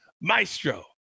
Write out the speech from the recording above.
maestro